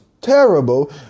terrible